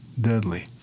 deadly